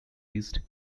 east